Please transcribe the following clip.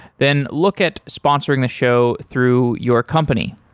then look at sponsoring the show through your company.